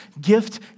gift